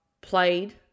played